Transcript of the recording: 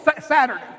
Saturday